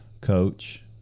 coach